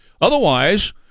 Otherwise